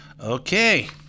Okay